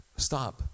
Stop